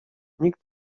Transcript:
nikt